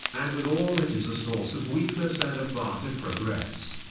and with all it is a source of weakness and a bar to progress.